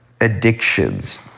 addictions